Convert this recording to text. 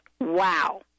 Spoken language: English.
Wow